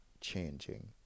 changing